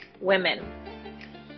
women